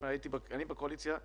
אני בקואליציה,